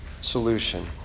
solution